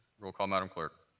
roll call, madam clerk.